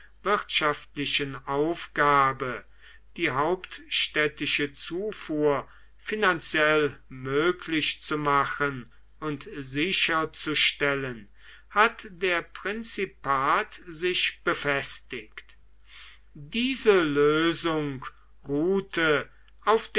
wirtschaftlichen aufgabe die hauptstädtische zufuhr finanziell möglich zu machen und sicherzustellen hat der prinzipat sich befestigt diese lösung ruhte auf